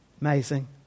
amazing